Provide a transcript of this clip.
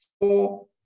four